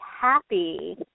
happy